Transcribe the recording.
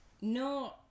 No